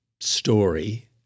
story